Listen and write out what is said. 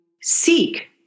seek